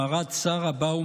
מרת שרה באום,